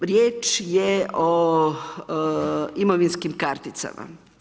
U riječ je o imovinskim karticama.